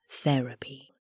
therapy